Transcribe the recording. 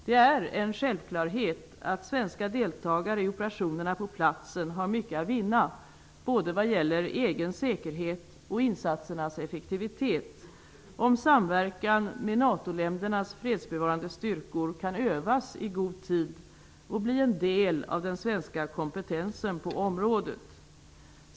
Det är en självklarhet att svenska deltagare i operationerna på platsen har mycket att vinna, både vad gäller egen säkerhet och insatsernas effektivitet, om samverkan med NATO-ländernas fredsbevarande styrkor kan övas i god tid och bli en del av den svenska kompetensen på området.